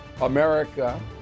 America